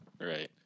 Right